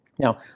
Now